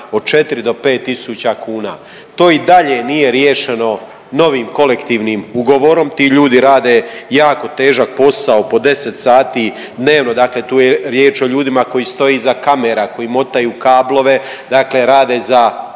od 4 do 5 tisuća kuna. To i dalje nije riješeno novim kolektivnim ugovorom, ti ljudi rade jako težak posao po 10 sati dnevno, dakle tu je riječ o ljudima koji stoje iza kamera, koji motaju kablove, dakle rade za